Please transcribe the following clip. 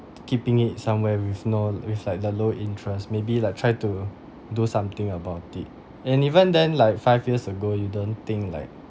keeping it somewhere with no with like a low interest maybe like try to do something about it and even then like five years ago you don't think like